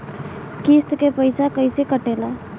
किस्त के पैसा कैसे कटेला?